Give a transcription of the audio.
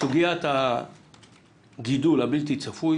סוגית הגידול הבלתי צפוי